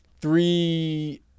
three